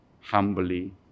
humbly